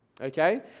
okay